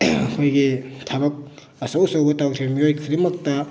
ꯑꯩꯈꯣꯏꯒꯤ ꯊꯕꯛ ꯑꯆꯧ ꯑꯆꯧꯕ ꯇꯧꯈ꯭ꯔꯤꯕ ꯃꯤꯑꯣꯏ ꯈꯨꯗꯤꯡꯃꯛꯇ